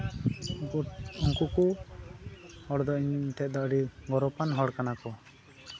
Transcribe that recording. ᱩᱱᱠᱩ ᱠᱚ ᱦᱚᱲ ᱫᱚ ᱤᱧ ᱴᱷᱮᱱ ᱫᱚ ᱟᱹᱰᱤ ᱜᱚᱨᱚᱵᱟᱱ ᱦᱚᱲ ᱠᱟᱱᱟ ᱠᱚ